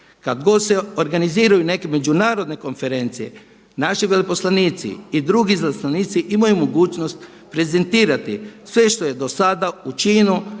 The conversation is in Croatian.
god se organiziraju neke međunarodne konferencije naši veleposlanici i drugi izaslanici imaju mogućnost prezentirati sve što je do sada učinjeno